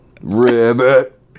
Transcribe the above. Ribbit